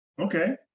okay